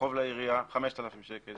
וחוב לעירייה 5,000 שקל,